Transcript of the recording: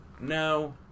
No